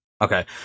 Okay